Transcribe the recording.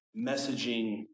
messaging